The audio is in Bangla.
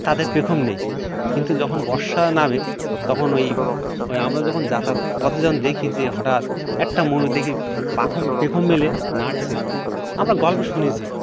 তাদের পেখম নেই কিন্তু যখন বর্ষা নামে তখন ওই ওই আমরা যখন যাতায়াত পথে যখন দেখি যে হঠাৎ একটা ময়ুর দেখি পাখম পেখম মেলে নাচছে আমরা গল্পে শুনেছি